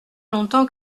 longtemps